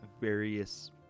various